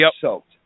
soaked